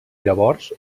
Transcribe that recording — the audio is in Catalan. llavors